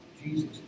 Jesus